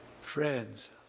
Friends